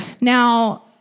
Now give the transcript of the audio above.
Now